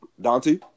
Dante